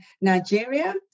Nigeria